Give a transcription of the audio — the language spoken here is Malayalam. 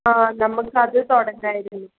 ആ നമുക്ക് അത് തുടങ്ങാമായിരുന്നു